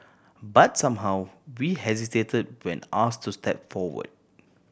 but somehow we hesitate when ask to step forward